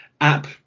app